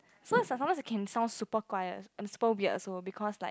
so it's like sometimes can sound super quiet and super weird also because like